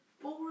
Four